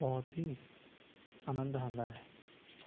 ਬਹੁਤ ਹੀ ਆਨੰਦ ਆਉਂਦਾ ਹੈ